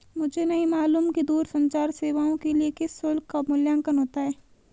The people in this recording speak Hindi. मुझे नहीं मालूम कि दूरसंचार सेवाओं के लिए किस शुल्क का मूल्यांकन होता है?